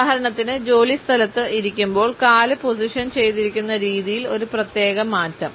ഉദാഹരണത്തിന് ജോലിസ്ഥലത്ത് ഇരിക്കുമ്പോൾ കാല് പൊസിഷൻ ചെയ്തിരിക്കുന്ന രീതിയിലുള്ള ഒരു പ്രത്യേക മാറ്റം